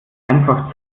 einfach